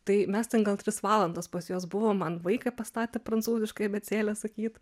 tai mes ten gal tris valandas pas juos buvom man vaiką pastatė prancūziškai abėcėlę sakyt